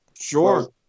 Sure